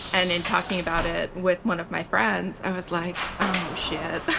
and in talking about it with one of my friends, i was like, oh shit.